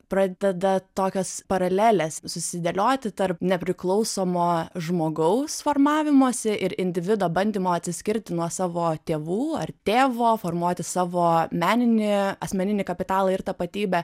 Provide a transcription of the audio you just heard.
pradeda tokios paralelės susidėlioti tarp nepriklausomo žmogaus formavimosi ir individo bandymo atsiskirti nuo savo tėvų ar tėvo formuoti savo meninį asmeninį kapitalą ir tapatybę